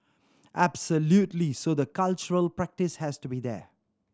absolutely so the cultural practise has to be there